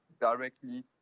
directly